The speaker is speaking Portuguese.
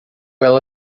ela